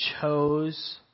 chose